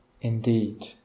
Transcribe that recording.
indeed